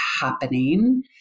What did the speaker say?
happening